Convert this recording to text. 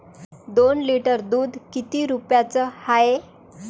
दोन लिटर दुध किती रुप्याचं हाये?